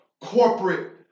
corporate